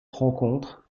rencontres